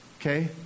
Okay